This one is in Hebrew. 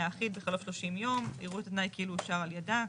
האחיד בחלוף 30 יום יראו את התנאי כאילו אושר על ידה.